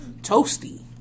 toasty